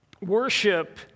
Worship